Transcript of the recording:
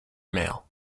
male